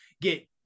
get